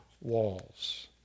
walls